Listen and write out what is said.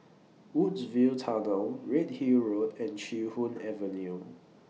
Woodsville Tunnel Redhill Road and Chee Hoon Avenue